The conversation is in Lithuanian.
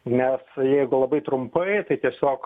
nes jeigu labai trumpai tai tiesiog